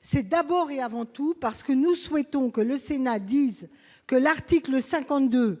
c'est d'abord et avant tout parce que nous souhaitons que le Sénat dise que l'article 52,